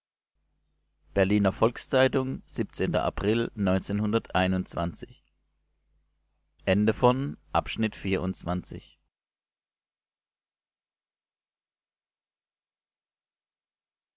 berliner volks-zeitung april